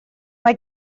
mae